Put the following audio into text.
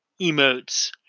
emotes